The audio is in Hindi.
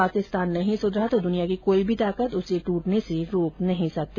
पाकिस्तान नहीं सुधरा तो दुनिया की कोई भी ताकत उसे टूटने से रोक नहीं सकती